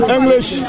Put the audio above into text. English